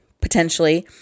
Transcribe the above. potentially